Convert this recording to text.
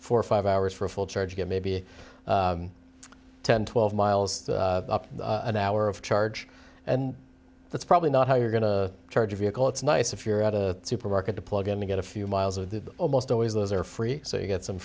for five hours for a full charge get maybe ten twelve miles an hour of charge and that's probably not how you're going to charge a vehicle it's nice if you're at a supermarket to plug in to get a few miles of the almost always those are free so you get some